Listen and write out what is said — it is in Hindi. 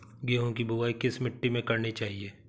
गेहूँ की बुवाई किस मिट्टी में करनी चाहिए?